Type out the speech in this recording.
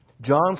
John